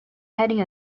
heading